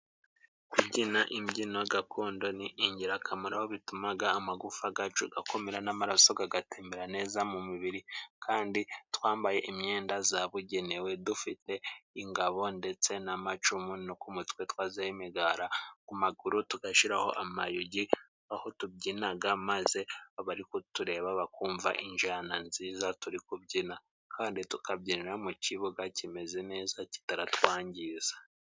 Kubyina imbyino gakondo ni ingirakamaro bitumaga amagufa gacu gakomera n'amaraso kagatembera neza mu mubiri, kandi twambaye imyenda zabugenewe dufite ingabo ndetse n'amacumu, no ku mutwe twashizeho imigara ku maguru tugashiraho amayugi, aho tubyinaga maze abari kutureba bakumva injana nziza turi kubyina, kandi tukabyinira mu kibuga kimeze neza kitaratwangiza.